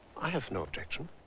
i have no objection.